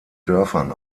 dörfern